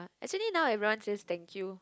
actually now everyone says thank you